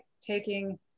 taking